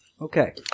Okay